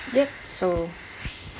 yup so